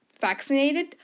vaccinated